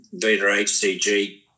beta-HCG